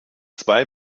zwei